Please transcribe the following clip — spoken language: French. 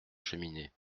cheminée